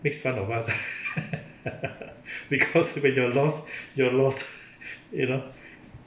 makes fun of us ah because you when you're lost you're lost you know